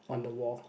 on the wall